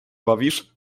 bawisz